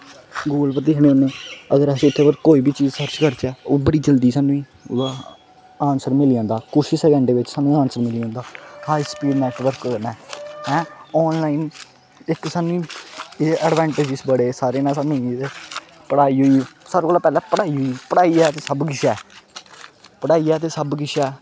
Google उप्पर दिक्खनो होन्ने अगर असें इत्थें तक कोई बी चीज सर्च करचै ओह् बड़ी जल्दी सानूं ओह्दा आंसर मिली जंदा कुश गै सकैंडें बिच्च सानूं आंसर मिली जंदा खासी स्पीड नेटवर्क कन्नै ऐं आनलाइन इक सानूं एह् एडवेन्टेजस बड़े सारे ना सानूं मिली गेदे पढ़ाई होई गेई सारे कोला पैह्ले पढ़ाई होई गेई पढ़ाई ऐ ते सब किश ऐ पढ़ाई ऐ ते सब किश ऐ